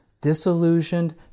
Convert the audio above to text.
disillusioned